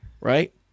right